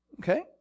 okay